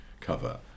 cover